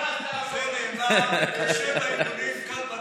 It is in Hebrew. על זה נאמר: קשה באימונים, קל בקרב.